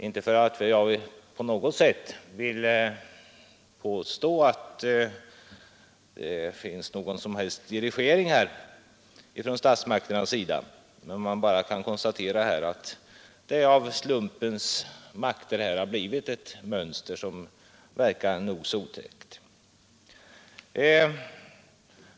Inte för att jag på något sätt vill påstå att det förekommer någon dirigering från statsmakternas sida, men jag konstaterar att slumpen har åstadkommit ett mönster som verkar nog så otrevligt.